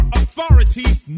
authorities